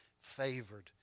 favored